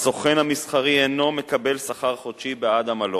הסוכן המסחרי אינו מקבל שכר חודשי בעד עמלו,